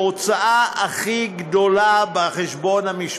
להוצאה הכי גדולה בחשבון המשפחתי.